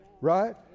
Right